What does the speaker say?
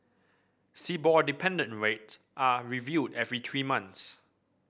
shibor dependent rate are reviewed every three months